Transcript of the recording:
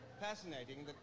fascinating